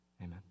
Amen